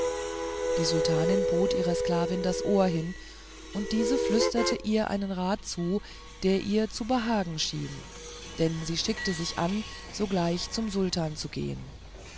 die sultanin bot ihrer sklavin das ohr hin und diese flüsterte ihr einen rat zu der ihr zu behagen schien denn sie schickte sich an sogleich zum sultan zu gehen